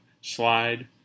slide